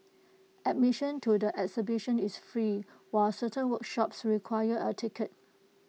admission to the exhibition is free while certain workshops require A ticket